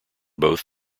both